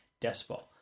Despot